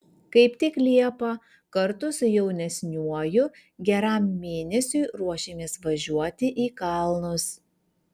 kaip tik liepą kartu su jaunesniuoju geram mėnesiui ruošiamės važiuoti į kalnus